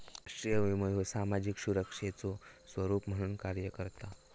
राष्ट्रीय विमो ह्यो सामाजिक सुरक्षेचो स्वरूप म्हणून कार्य करता